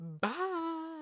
bye